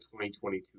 2022